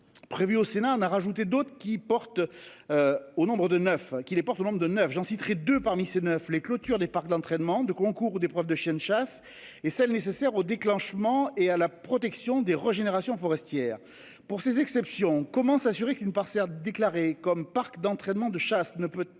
porte. Au nombre de neuf qui les porte le nombre de neuf, j'en citerai 2 parmi ces neufs les clôtures des parcs d'entraînement de concours ou des preuves de chaînes chasse et celle nécessaire au déclenchement et à la protection des régénération forestière pour ces exceptions. Comment s'assurer qu'une part certes déclarer comme parc d'entraînement de chasse ne peut de